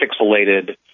pixelated